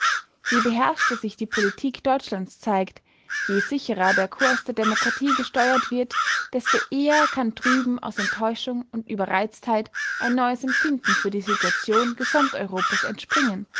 je beherrschter sich die politik deutschlands zeigt je sicherer der kurs der demokratie gesteuert wird desto eher kann drüben aus enttäuschung und überreiztheit ein neues empfinden für die situation gesamteuropas entspringen